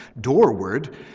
doorward